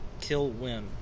kill-win